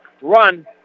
run